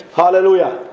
Hallelujah